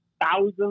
Thousands